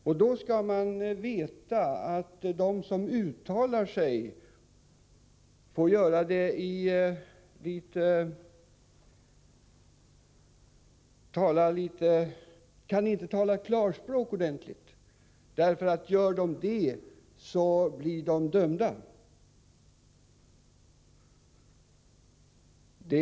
Och då skall man veta att de som uttalar sig inte kan tala klarspråk ordentligt. Om de gör det, blir de dömda.